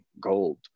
gold